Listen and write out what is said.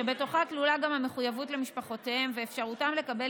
שבתוכה כלולה גם המחויבות למשפחותיהם ואפשרותם לקבל